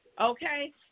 Okay